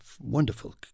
wonderful